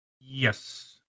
Yes